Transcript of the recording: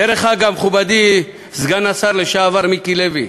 דרך אגב, מכובדי סגן השר לשעבר מיקי לוי,